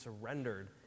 surrendered